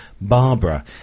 Barbara